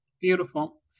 beautiful